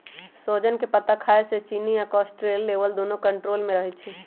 सोजन के पत्ता खाए से चिन्नी आ कोलेस्ट्रोल लेवल दुन्नो कन्ट्रोल मे रहई छई